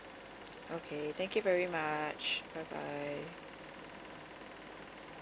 okay thank you very much bye bye